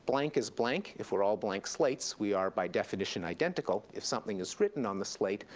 blank is blank. if we're all blank slates, we are by definition identical. if something is written on the slate,